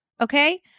Okay